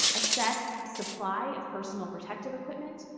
assess supply of personal protective equipment,